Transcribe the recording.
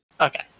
Okay